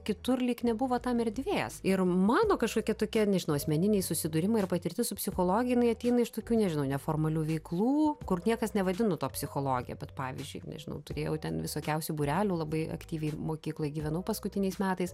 kitur lyg nebuvo tam erdvės ir mano kažkokie tokie nežinau asmeniniai susidūrimai ir patirtis su psichologija jinai ateina iš tokių nežinau neformalių veiklų kur niekas nevadino to psichologija bet pavyzdžiui nežinau turėjau ten visokiausių būrelių labai aktyviai mokykloj gyvenau paskutiniais metais